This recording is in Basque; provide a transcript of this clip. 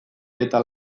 eta